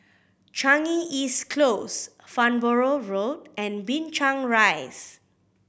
Changi East Close Farnborough Road and Binchang Rise